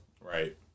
Right